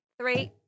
Three